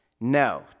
No